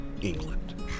England